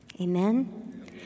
Amen